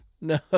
No